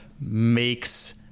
makes